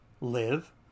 live